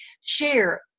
share